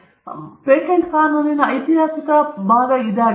ಇದು ಪೇಟೆಂಟ್ ಕಾನೂನಿನ ಐತಿಹಾಸಿಕ ಭಾಗವಾಗಿದೆ